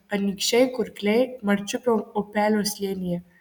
anykščiai kurkliai marčiupio upelio slėnyje